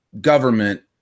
government